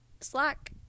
Slack